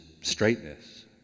straightness